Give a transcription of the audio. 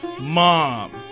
Mom